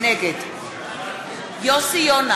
נגד יוסי יונה,